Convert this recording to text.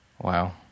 Wow